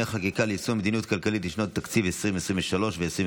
חקיקה ליישום המדיניות הכלכלית לשנות התקציב 2023 ו-2024),